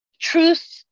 truth